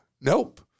Nope